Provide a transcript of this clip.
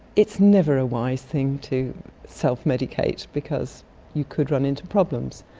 it's never a wise thing to self-medicate because you could run into problems.